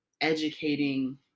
educating